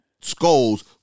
skulls